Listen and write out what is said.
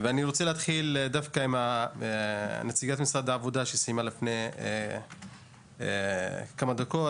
ואני רוצה להתחיל דווקא עם נציגת משרד העבודה שסיימה לפני כמה דקות,